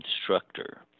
instructor